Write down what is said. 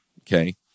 okay